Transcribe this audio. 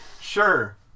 Sure